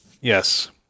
Yes